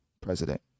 president